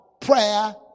prayer